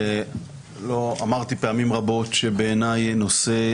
אמרתי פעמים רבות שבעיניי נושא